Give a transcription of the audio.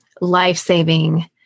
life-saving